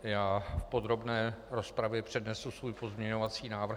Já v podrobné rozpravě přednesu svůj pozměňovací návrh.